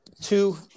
Two